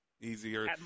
Easier